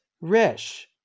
Rish